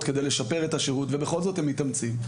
כדי לשפר את השירות ובכל זאת הם מתאמצים,